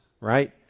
right